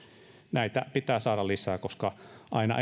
näitä pitää saada lisää koska aina